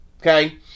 Okay